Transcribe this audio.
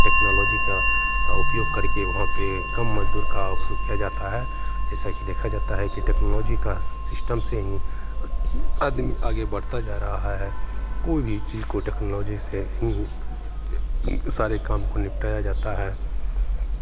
technology का उपयोग करके वहाँ पे कम मज़दूर का उपयोग किया जाता है जैसा कि देखा जाता है कि टेक्नोलोजी का सिस्टम से ही आदमी आगे बढ़ता जा रहा है कोई भी इस चीज़ को टेक्नोलोजी से ही सारे काम को निपटाया जाता है